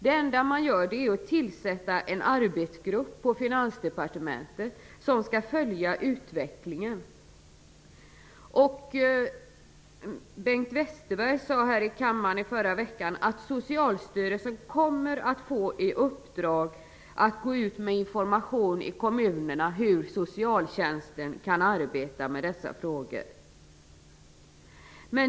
Det enda man gör är att tillsätta en arbetsgrupp på Finansdepartementet som skall följa utvecklingen. Bengt Westerberg sade här i kammaren i förra veckan att Socialstyrelsen kommer att få i uppdrag att gå ut med information i kommunerna om hur socialtjänsten kan arbeta med dessa frågor.